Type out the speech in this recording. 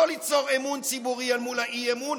לא ליצור אמון ציבורי אל מול האי-אמון,